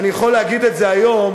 אני יכול להגיד את זה היום,